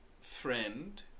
friend